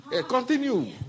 Continue